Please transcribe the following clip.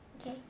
Okay